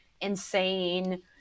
insane